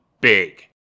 big